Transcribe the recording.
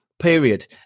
Period